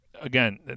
again